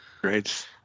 great